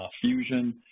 fusion